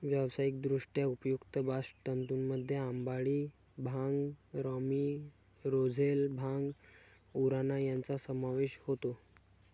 व्यावसायिकदृष्ट्या उपयुक्त बास्ट तंतूंमध्ये अंबाडी, भांग, रॅमी, रोझेल, भांग, उराणा यांचा समावेश होतो